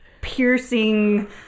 piercing